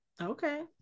okay